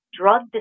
drug